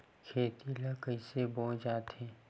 खेती ला कइसे बोय जाथे?